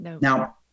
Now